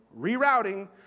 Rerouting